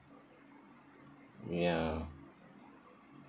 ya